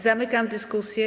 Zamykam dyskusję.